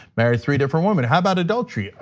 married three different women. how about adultery? ah